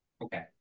Okay